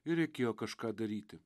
ir reikėjo kažką daryti